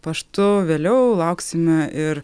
paštu vėliau lauksime ir